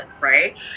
right